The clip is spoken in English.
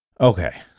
okay